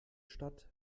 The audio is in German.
stadt